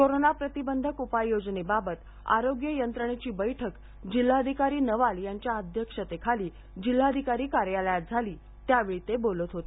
corona प्रतिबंधक उपाययोजनेबाबत आरोग्य यंत्रणेची बैठक जिल्हाधिकारी नवाल यांच्या अध्यक्षतेखाली जिल्हाधिकारी कार्यालयात झाली त्यावेळी ते बोलत होते